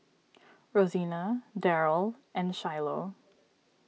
Rosena Daryle and Shiloh